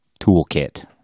toolkit